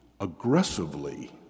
aggressively